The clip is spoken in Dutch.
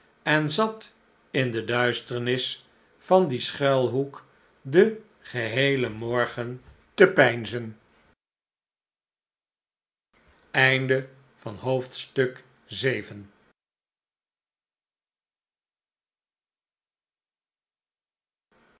en zat in de duisternis van dien schuilhoek den geheelen morgen te peinzen